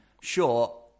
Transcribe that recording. sure